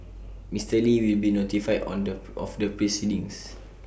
Mister li will be notified on the of the proceedings